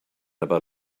about